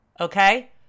Okay